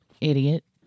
idiot